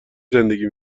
زندگی